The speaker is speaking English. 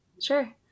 Sure